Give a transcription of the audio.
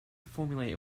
formulate